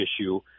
issue